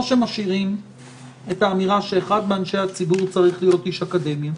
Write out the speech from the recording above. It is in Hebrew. או שמשאירים את האמירה שאחד מאנשי הציבור צריך להיות איש אקדמיה,